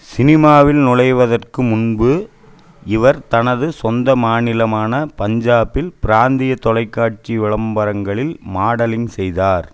சினிமாவில் நுழைவதற்கு முன்பு இவர் தனது சொந்த மாநிலமான பஞ்சாபில் பிராந்திய தொலைக்காட்சி விளம்பரங்களில் மாடலிங் செய்தார்